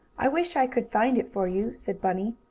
i wish i could find it for you, said bunny.